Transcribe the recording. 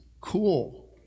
cool